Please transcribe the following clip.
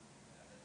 נדחה,